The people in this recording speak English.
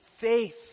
faith